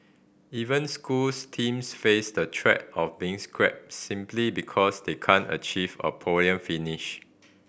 even schools teams face the threat of being scrapped simply because they can achieve a podium finish